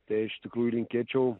tai iš tikrųjų linkėčiau